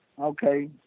Okay